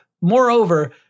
Moreover